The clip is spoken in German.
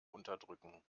unterdrücken